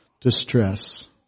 distress